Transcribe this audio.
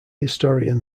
historian